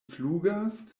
flugas